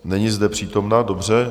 Není zde přítomna, dobře.